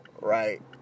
right